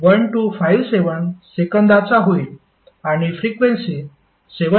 1257 सेकंदाचा होईल आणि फ्रिक्वेन्सी 7